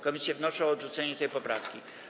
Komisje wnoszą o odrzucenie tej poprawki.